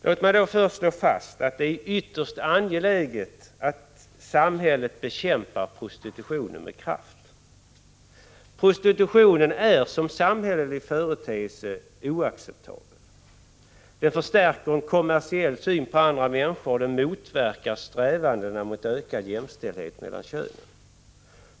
Låt mig först slå fast att det är ytterst angeläget att samhället bekämpar prostitutionen med kraft. Prostitutionen är som samhällelig företeelse oacceptabel. Den förstärker en kommersiell syn på andra människor och motverkar strävandena mot ökad jämställdhet mellan könen.